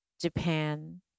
Japan